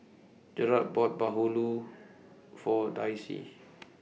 Jarret bought Bahulu For Darcie